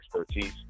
expertise